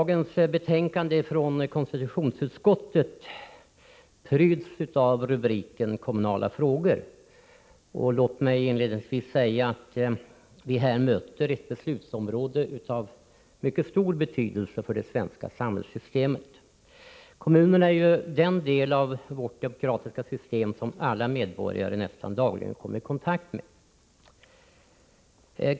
Herr talman! Konstitutionsutskottets betänkande pryds av rubriken Kommunala frågor. Låt mig inledningsvis säga att vi här möter ett beslutsområde av mycket stor betydelse för det svenska samhällssystemet. Kommunerna är ju den del av vårt demokratiska system som alla medborgare nästan dagligen kommer i kontakt med.